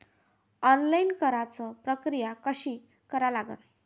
Online कराच प्रक्रिया कशी करा लागन?